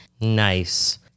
Nice